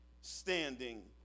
standing